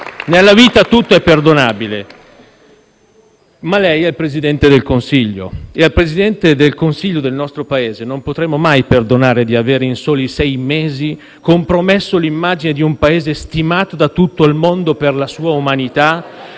Nella vita tutto è perdonabile, ma lei è il Presidente del Consiglio, e al Presidente del Consiglio del nostro Paese non potremo mai perdonare di avere in soli sei mesi compromesso l'immagine di un Paese stimato da tutto il mondo per la sua umanità